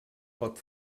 pot